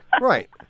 right